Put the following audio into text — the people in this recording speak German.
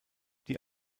die